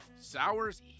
Sours